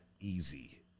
easy